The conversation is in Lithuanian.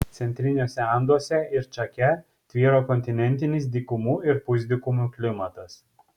centriniuose anduose ir čake tvyro kontinentinis dykumų ir pusdykumių klimatas